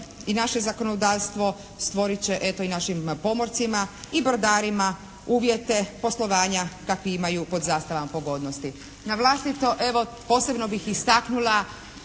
i naše zakonodavstvo stvorit će eto i našim pomorcima i brodarima uvjete poslovanja kakvi imaju pod zastavama pogodnosti. Na vlastito evo posebno bih istaknula